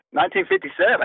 1957